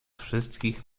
wszystkich